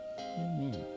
Amen